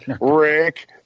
Rick